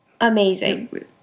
amazing